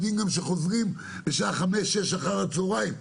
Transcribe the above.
ואלה גם ילדים שחוזרים בשעה 17:00 18:00 אחר הצהריים,